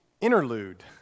interlude